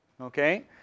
okay